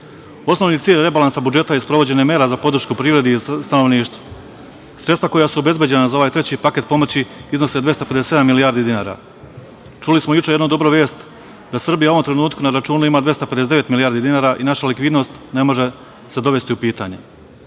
cilj rebalansa budžeta je sprovođenje mera za podršku privredi i stanovništvu. Sredstva koja su obezbeđena za ovaj treći paket pomoći iznose 257 milijardi dinara. Čuli smo juče jednu dobru vest da Srbija u ovom trenutku na računu ima 259 milijardi dinara i naša likvidnost se ne može dovesti u pitanje. Prva